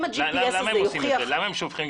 אם ה-GPS הזה יוכיח --- למה הם שופכים?